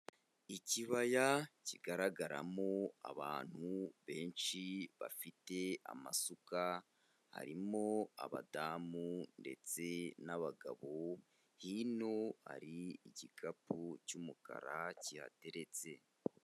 Ikibaya kigaragaramo abantu benshi bafite amasuka, harimo abadamu ndetse n'abagabo, hino hari igikapu cy'umukara kihateretse.